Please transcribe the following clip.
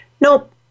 nope